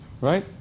right